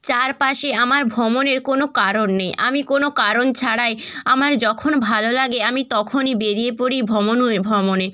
চারপাশে আমার ভ্রমণের কোনো কারণ নেই আমি কোনো কারণ ছাড়াই আমার যখন ভালো লাগে আমি তখনই বেরিয়ে পড়ি ভ্রমণে ভ্রমণে